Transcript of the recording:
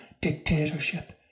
dictatorship